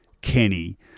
Kenny